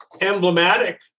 emblematic